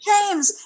James